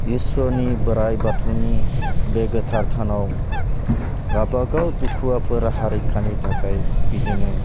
इसोरनि बोराइ बाथौनि बे गोथार थानाव गाबागाव दुखुआफोर हारिखानि थाखाय बिदिनो